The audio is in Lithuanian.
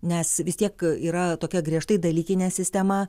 nes vis tiek yra tokia griežtai dalykinė sistema